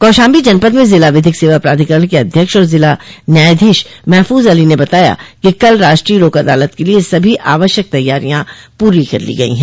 कौशाम्बी जनपद में जिला विधिक सेवा प्राधिकरण के अध्यक्ष और जिला न्यायाधीश महफूज अली ने बताया कि कल राष्ट्रीय लोक अदालत के लिए सभी आवश्यक तैयारियां पूरी कर ली गयी हैं